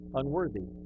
unworthy